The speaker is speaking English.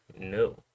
no